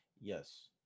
yes